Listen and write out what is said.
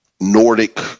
Nordic